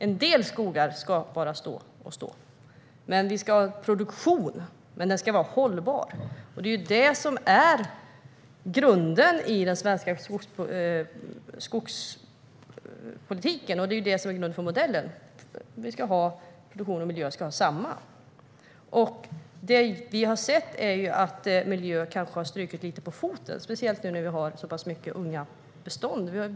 En del skogar ska bara stå och stå. Vi ska ha produktion, men den ska vara hållbar. Det är grunden i den svenska skogspolitiken och grunden för modellen. Produktion och miljö ska ha samma tyngd. Det vi har sett är att miljön kanske har fått stryka lite på foten, speciellt när vi har så många unga bestånd.